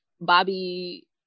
Bobby